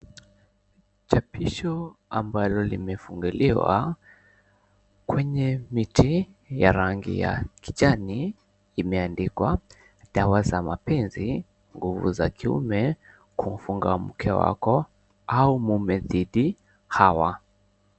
Chapisho ambalo limefungiliwa kwenye miti ya rangi ya kijani imeandikwa Dawa Za Mapenzi, Nguvu za Kiume, Kumfunga Mke Wako Au Mume Dhidi Hawa.